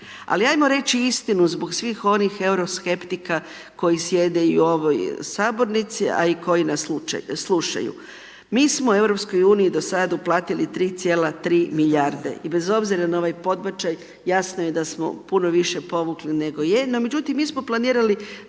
Al ajmo reći istinu zbog svih onih euroskeptika koji sjede i u ovoj Sabornici, a i koji nas slušaju. Mi smo u Europskoj uniji do sad uplatili 3,3 milijarde, i bez obzira na ovaj podbačaj, jasno je da samo puno više povukli nego je, no međutim, mi smo planirali